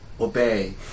obey